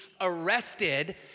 arrested